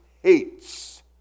hates